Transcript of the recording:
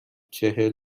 چهل